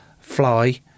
fly